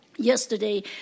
Yesterday